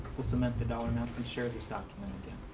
we'll cement the dollar amounts and share this document again.